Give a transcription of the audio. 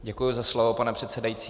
Děkuji za slovo, pane předsedající.